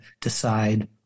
decide